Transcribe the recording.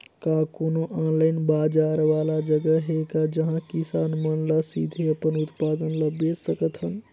का कोनो ऑनलाइन बाजार वाला जगह हे का जहां किसान मन ल सीधे अपन उत्पाद ल बेच सकथन?